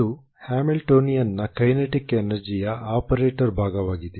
ಇದು ಹ್ಯಾಮಿಲ್ಟೋನಿಯನ್ನ ಕೈನೆಟಿಕ್ ಎನರ್ಜಿಯ ಆಪರೇಟರ್ ಭಾಗವಾಗಿದೆ